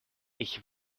ich